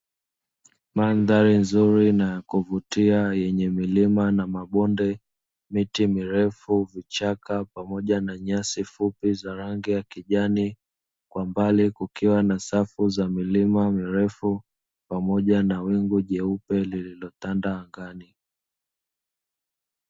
Mandhari nzuri ya kuvutia yenye milima na mabonde, miti mirefu, vichaka pamoja na nyasi fupi za rangi ya kijani, kwa mbali kukiwa na safu za milima mirefu pamoja na wingu jeupe lililotanda angani.